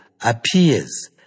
appears